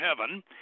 heaven